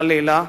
חלילה,